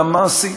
גם מעשית,